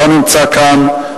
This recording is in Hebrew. לא נמצא כאן,